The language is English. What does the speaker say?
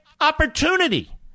opportunity